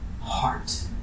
heart